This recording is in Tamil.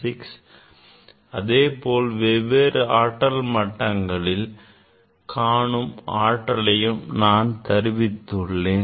n equal to 1 அதேபோல் வெவ்வேறு ஆற்றல் மட்டங்களில் காணும் ஆற்றலையும் நான் தருவித்து உள்ளேன்